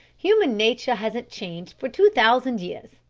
human nature hasn't changed for two thousand years.